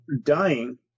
dying